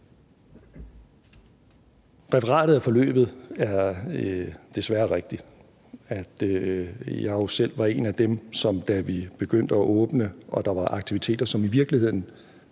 Referatet af forløbet er desværre rigtigt. Da vi begyndte at åbne og der var aktiviteter, som i virkeligheden